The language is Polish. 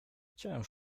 chciałem